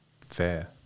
fair